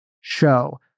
show